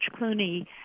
Clooney